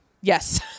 Yes